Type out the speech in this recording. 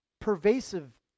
pervasive